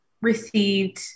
received